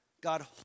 God